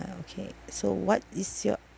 okay so what is your